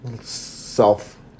self